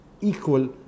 equal